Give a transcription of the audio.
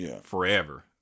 forever